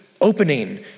opening